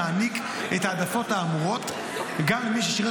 המעניק את ההעדפות האמורות גם למי ששירת